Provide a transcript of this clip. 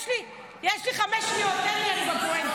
יש לי חמש שניות, תן לי להיות בפואנטה.